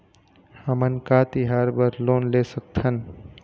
हमन का तिहार बर लोन ले सकथन?